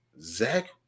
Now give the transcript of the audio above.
Zach